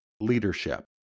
leadership